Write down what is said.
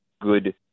good